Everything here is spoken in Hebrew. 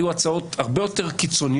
בתחילת הדרך היו הצעות הרבה יותר קיצוניות.